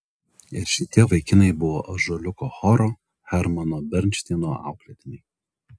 ir šitie vaikinai buvo ąžuoliuko choro hermano bernšteino auklėtiniai